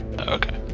Okay